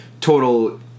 total